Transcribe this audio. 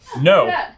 no